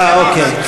אה, אוקיי.